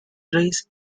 rays